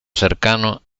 cercano